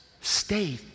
state